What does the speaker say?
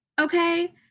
okay